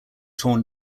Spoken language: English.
torn